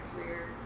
career